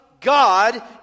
God